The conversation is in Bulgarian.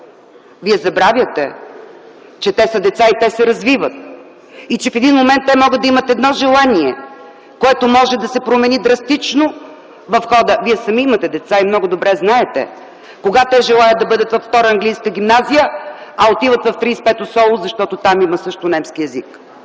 Вие забравяте, че те са деца и се развиват и че в един момент могат да имат едно желание, което да се промени драстично в хода. Вие сами имате деца и много добре знаете кога те желаят да бъдат във Втора английска гимназия, а отиват в 35-о СОУ, защото там също има английски език.